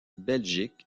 belgique